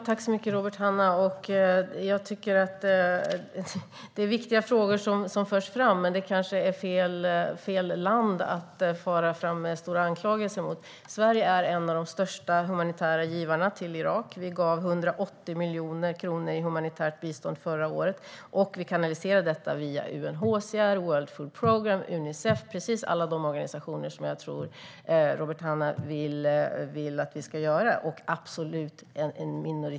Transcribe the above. Fru talman! Det är viktiga frågor som förs fram, men det är kanske fel land att föra fram grova anklagelser mot. Sverige är en av de största humanitära givarna till Irak. Vi gav 180 miljoner kronor i humanitärt bistånd förra året, och vi kanaliserade detta via UNHCR, World Food Programme, Unicef, alltså alla de organisationer som jag tror att Robert Hannah vill att vi ska använda oss av.